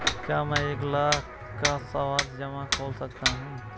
क्या मैं एक लाख का सावधि जमा खोल सकता हूँ?